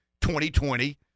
2020